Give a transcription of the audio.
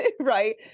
right